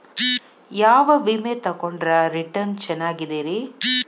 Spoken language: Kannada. ಯಾವ ವಿಮೆ ತೊಗೊಂಡ್ರ ರಿಟರ್ನ್ ಚೆನ್ನಾಗಿದೆರಿ?